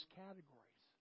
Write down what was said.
categories